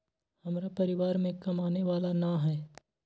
हमरा परिवार में कमाने वाला ना है?